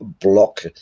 block